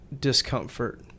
discomfort